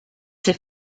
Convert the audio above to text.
ses